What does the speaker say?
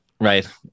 right